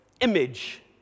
image